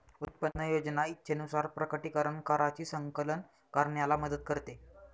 उत्पन्न योजना इच्छेनुसार प्रकटीकरण कराची संकलन करण्याला मदत करते